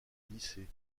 lycée